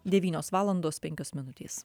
devynios valandos penkios minutės